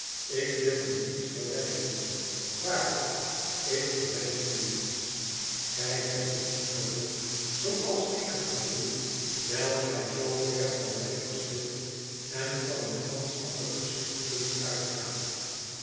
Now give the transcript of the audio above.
ik wil u niets verwijten waarlijk ik verwijt u niets gij hebt het niet gevoeld zooals ik het gevoel wijl gij zoo ver van mij verschilt en van een gansch ander gezichtspunt uitgaat